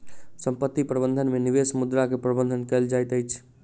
संपत्ति प्रबंधन में निवेश मुद्रा के प्रबंधन कएल जाइत अछि